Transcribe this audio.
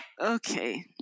Okay